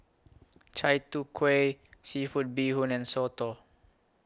Chai Tow Kuay Seafood Bee Hoon and Soto